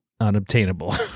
unobtainable